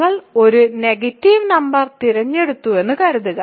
നിങ്ങൾ ഒരു negative number തിരഞ്ഞെടുത്തുവെന്ന് കരുതുക